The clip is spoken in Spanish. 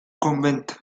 convento